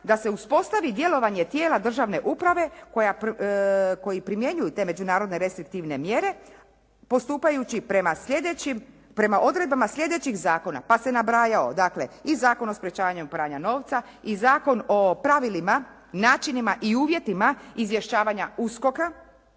da se uspostavi djelovanje tijela državne uprave koji primjenjuju te međunarodne restriktivne mjere, postupajući prema sljedećim, prema odredbama sljedećih zakona. Pa se nabrajao, dakle i Zakon o sprečavanju pranja novca, i Zakon o pravilima, načinima i uvjetima izvještavanja